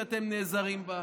שאתם נעזרים בה.